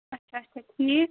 اَچھا اَچھا ٹھیٖک